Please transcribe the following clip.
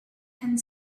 and